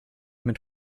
mit